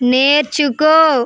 నేర్చుకో